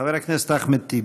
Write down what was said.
חבר הכנסת אחמד טיבי.